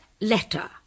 letter